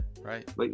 right